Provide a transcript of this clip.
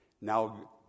Now